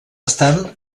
estan